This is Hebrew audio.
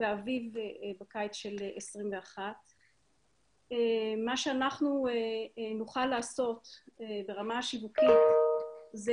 באביב ובקיץ 2021. מה שאנחנו לעשות ברמה השיווקית זה